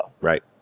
Right